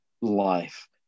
life